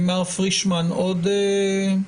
מר פרישמן, עוד משהו?